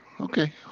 Okay